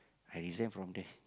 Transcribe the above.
I resign from there